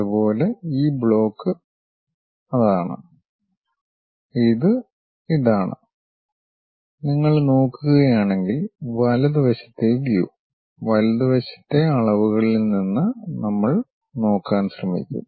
അതുപോലെ ഈ ബ്ലോക്ക് അതാണ് ഇത് ഇതാണ് നിങ്ങൾ നോക്കുകയാണെങ്കിൽ വലതുവശത്തെ വ്യൂ വലതുവശത്തെ അളവുകളിൽ നിന്ന് നമ്മൾ നോക്കാൻ ശ്രമിക്കും